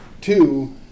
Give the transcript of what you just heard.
Two